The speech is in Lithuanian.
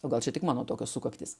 o gal čia tik mano tokios sukaktys